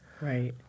Right